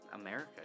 America